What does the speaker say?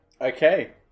okay